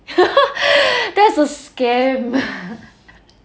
that's a scam